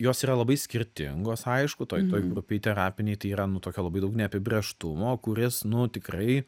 jos yra labai skirtingos aišku toj toj grupėj terapinėj tai yra nu tokio labai daug neapibrėžtumo kuris nu tikrai